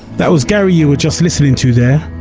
that was gary you were just listening to there.